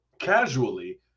casually